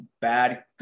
bad